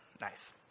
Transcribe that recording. Nice